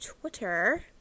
twitter